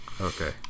Okay